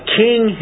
king